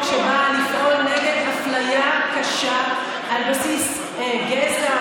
שבאה לפעול נגד אפליה קשה על בסיס גזע,